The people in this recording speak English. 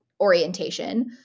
orientation